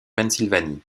pennsylvanie